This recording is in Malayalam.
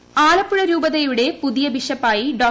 ബിഷപ്പ് ആലപ്പുഴ രൂപതയുടെ പുതിയ ബിഷപ്പായി ഡോ